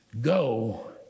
Go